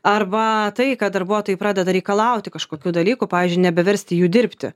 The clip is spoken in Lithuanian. arba tai kad darbuotojai pradeda reikalauti kažkokių dalykų pavyzdžiui nebeversti jų dirbti